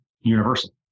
universal